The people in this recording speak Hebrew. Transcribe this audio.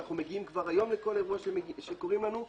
ואנחנו מגיעים כבר היום לכל אירוע שקוראים לנו.